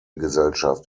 gesellschaft